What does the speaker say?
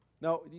Now